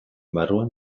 barruan